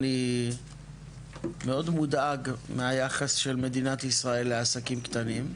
אני מאוד מודאג מהיחס של מדינת ישראל לעסקים קטנים.